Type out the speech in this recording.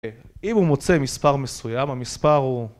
אם הוא מוצא מספר מסוים, המספר הוא...